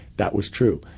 that was true.